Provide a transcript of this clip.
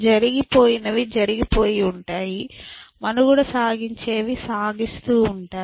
జరిగిపోయినవి జరిగిపోయి ఉంటాయి మనుగడ సాగించేవి సాగిస్తూ ఉంటాయి